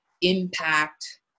impact